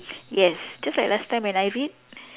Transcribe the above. yes just like last time when I read